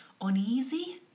uneasy